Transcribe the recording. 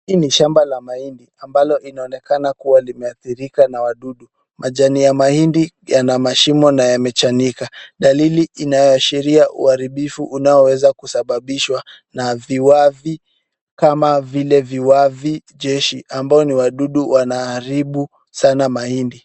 Hii ni shamba la mahindi, ambalo inaonekana kuwa limeadhirika na wadudu. Majani ya mahindi yana mashimo na yamechanika, dalili inayoashiria uharibifu unaoweza kusababishwa na viwavi kama vile viwavijeshi ambao ni wadudu wanaharibu sana mahindi.